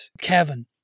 Kevin